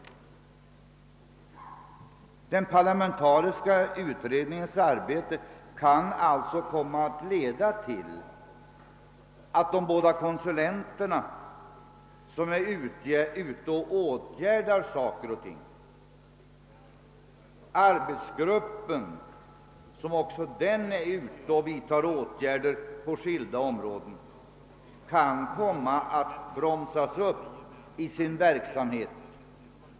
Den parlamentariska utredningens arbete kan således komma att leda till att de båda konsulenter som är ute och åtgärdar saker och ting liksom arbetsgruppen som också den är ute och vidtar åtgärder på skilda områden bromsas upp i sin verksamhet.